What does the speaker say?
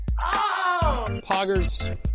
Poggers